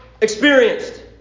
experienced